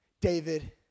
David